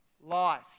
life